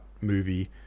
movie